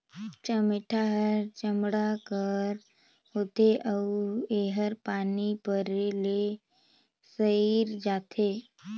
चमेटा हर चमड़ा कर होथे अउ एहर पानी परे ले सइर जाथे